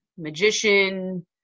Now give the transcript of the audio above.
Magician